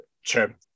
Sure